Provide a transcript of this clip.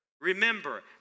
Remember